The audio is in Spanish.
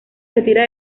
retira